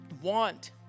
want